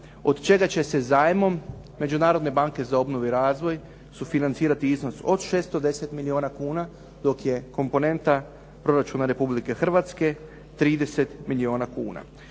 od čega će se zajmom Međunarodne banke za obnovu i razvoj sufinancirati iznos od 610 milijuna kuna dok je komponenta proračuna Republike Hrvatske 30 milijuna kuna.